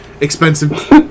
expensive